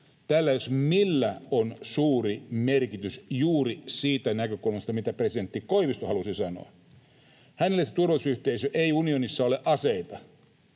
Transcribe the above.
tällä jos millä on suuri merkitys juuri siitä näkökulmasta, mitä presidentti Koivisto halusi sanoa. Hänelle se turvallisuusyhteisö unionissa ei ollut aseita